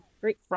great